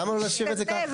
למה לא להשאיר את זה ככה?